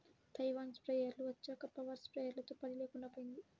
Taiwan స్ప్రేయర్లు వచ్చాక power స్ప్రేయర్లతో పని లేకుండా పోయింది